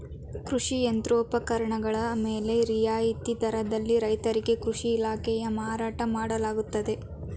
ಕೃಷಿ ಯಂತ್ರೋಪಕರಣಗಳ ಮೇಲೆ ರಿಯಾಯಿತಿ ದರದಲ್ಲಿ ರೈತರಿಗೆ ಕೃಷಿ ಇಲಾಖೆಯಲ್ಲಿ ಮಾರಾಟ ಮಾಡಲಾಗುತ್ತದೆ